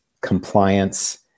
compliance